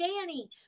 Danny